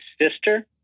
sister